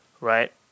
Right